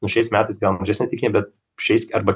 nu šiais metais gal mažesnė tikimybė bet šiais arba